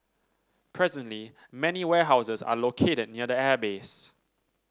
presently many warehouses are located near the airbase